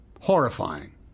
Horrifying